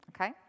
Okay